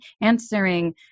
answering